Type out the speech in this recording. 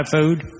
food